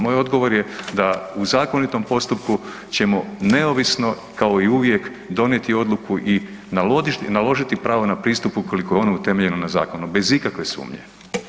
Moj odgovor je da u zakonitom postupku ćemo neovisno kao i uvijek donijeti odluku i naložiti pravo na pristup, ukoliko je ono utemeljeno na zakonu, bez ikakve sumnje.